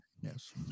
Yes